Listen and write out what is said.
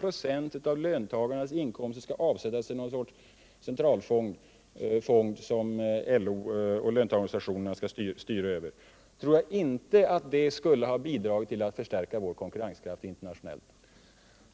Och det är ju faktiskt det som förslagen bl.a. går ut på, alltså att varje år 3 26 av löntagarnas inkomster skall avsättas till någon sorts central fond, som LO och löntagarorganisationerna skall styra över.